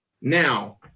Now